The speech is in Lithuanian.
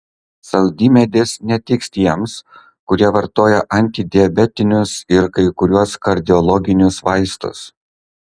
saldymedis netiks tiems kurie vartoja antidiabetinius ir kai kuriuos kardiologinius vaistus